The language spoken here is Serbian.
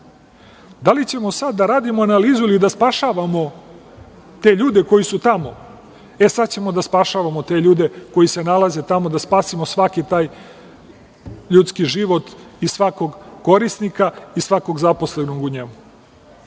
Da li ćemo sada da radimo analizu ili da spasavamo te ljude koji su tamo? E, sad ćemo da spasavamo te ljude koji se nalaze tamo, da spasimo taj ljudski život i svakog korisnika i svakog zaposlenog u njemu,